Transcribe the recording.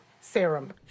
serum